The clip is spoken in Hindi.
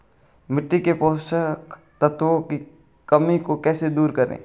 मिट्टी के पोषक तत्वों की कमी को कैसे दूर करें?